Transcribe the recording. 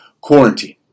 quarantine